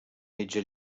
mitja